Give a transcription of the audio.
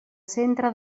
centre